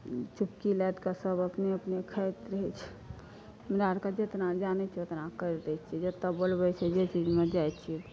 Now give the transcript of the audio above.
चुपकी लादिके सब अपने अपने खाइत रहै छै हमरा आरके जितना जानै छियै उतना करि दै छियै जतऽ बोलबै छै जे चीजमे जाइ छियै